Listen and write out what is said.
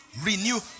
renew